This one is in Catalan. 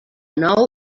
nou